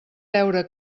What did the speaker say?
veure